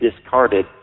discarded